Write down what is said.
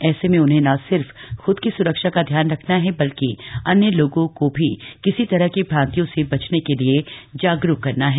ऐसे में उन्हें न सिर्फ खूद की स्रक्षा का ध्यान रखना है बल्कि अन्य लोगों को भी किसी तरह की भांतियों से बचने के लिए जागरुक करना है